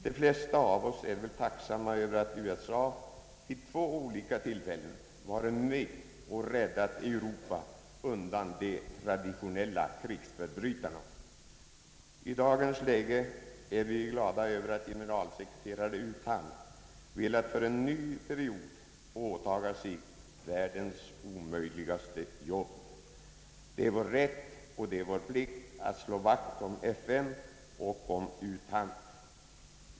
De flesta av oss är väl tacksamma över att USA vid två olika tillfällen varit med och räddat Europa undan de traditionella krigsförbrytarna. I dagens läge är vi glada över att generalsekreterare U Thant velat för en ny period åtaga sig »världens omöj ligaste jobb». Det är vår rätt och vår plikt att slå vakt om FN och om U Thant.